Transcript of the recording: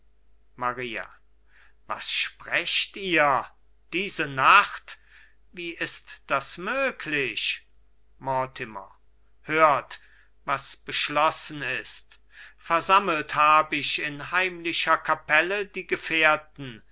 maria was sprecht ihr diese nacht wie ist das möglich mortimer hört was beschlossen ist versammelt hab ich in heimlicher kapelle die gefährten